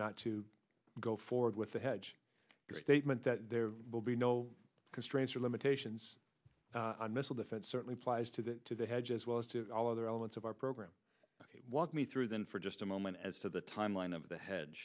not to go forward with a hedge great statement that there will be no constraints or limitations on missile defense certainly plies to the to the head as well as to all other elements of our program walk me through them for just a moment as to the timeline of the he